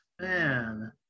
Man